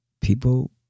people